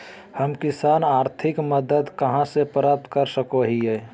हम किसान आर्थिक मदत कहा से प्राप्त कर सको हियय?